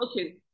okay